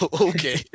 Okay